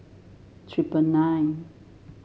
triple nine